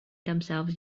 themselves